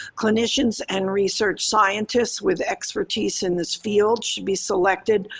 clinicians and research scientists with expertise in this field should be selected,